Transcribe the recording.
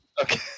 Okay